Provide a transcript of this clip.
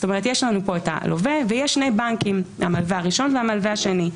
יש לנו פה את הלווה ויש שני בנקים: המלווה הראשון והמלווה השני,